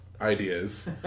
ideas